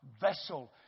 vessel